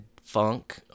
funk